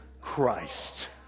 Christ